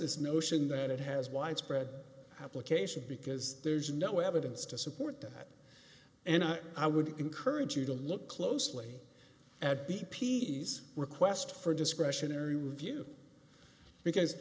this notion that it has widespread application because there's no evidence to support that and i would encourage you to look closely at b p s request for a discretionary review because